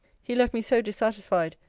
he left me so dissatisfied,